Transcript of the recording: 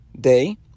day